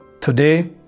Today